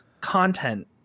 content